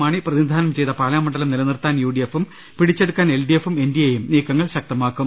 മാണി പ്രതിനിധാനം ചെയ്ത പാലാ മണ്ഡലം നിലനിർത്താൻ യു ഡി എഫും പിടിച്ചെടുക്കാൻ എൽ ഡി എഫും എൻ ഡി എയും നീക്കങ്ങൾ ശക്തമാക്കും